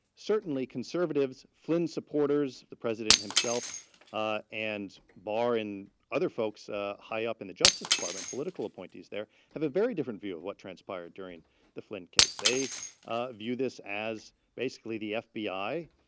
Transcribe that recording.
certainly conservatives, flynn supporters, the president himself ah and barr and other folks ah high up in the justice department, political appointees there, have a very different view of what transpired during the flynn case. they ah view this as basically the fbi